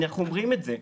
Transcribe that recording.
ואנחנו אומרים את זה.